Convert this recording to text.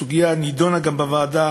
הסוגיה נדונה גם בוועדה